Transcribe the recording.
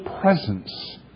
presence